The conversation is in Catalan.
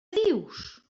dius